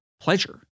pleasure